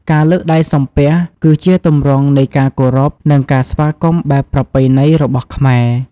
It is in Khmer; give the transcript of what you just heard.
ការលើកដៃសំពះ គឺជាទម្រង់នៃការគោរព និងការស្វាគមន៍បែបប្រពៃណីរបស់ខ្មែរ។